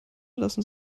lassen